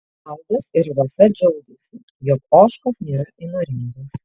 valdas ir rasa džiaugiasi jog ožkos nėra įnoringos